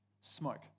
smoke